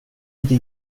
inte